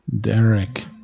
Derek